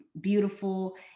beautiful